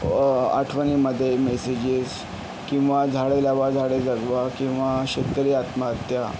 आठवणींमध्ये मेसेजेस किंवा झाडे लावा झाडे जगवा किंवा शेतकरी आत्महत्या